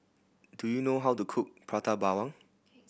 do you know how to cook Prata Bawang